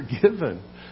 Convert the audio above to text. forgiven